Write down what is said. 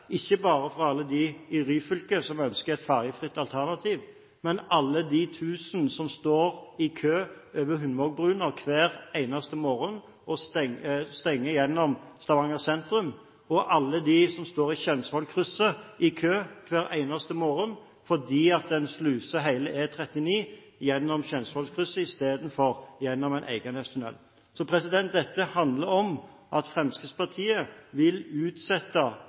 ikke bare for alle de i Ryfylke som ønsker et fergefritt alternativ, men for alle de tusen som står i kø over Hundvågbroen hver eneste morgen og stanger gjennom Stavanger sentrum, og alle de som står i kø i Tjensvollkrysset hver eneste morgen fordi en sluser hele E39 gjennom Tjensvollkrysset istedenfor gjennom en Eiganestunnel. Dette handler om at Fremskrittspartiet vil utsette